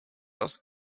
aus